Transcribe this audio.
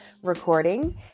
Recording